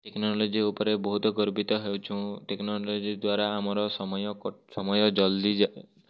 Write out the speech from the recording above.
technology ଉପରେ ବହୁତ ଗର୍ବିତ ହେଉଛୁ ଟେକ୍ନୋଲୋଜି ଦ୍ୱାରା ଆମର ସମୟ ସମୟ ଜଲ୍ଦି